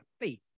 faith